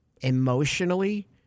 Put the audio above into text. emotionally